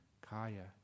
kaya